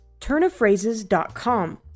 turnofphrases.com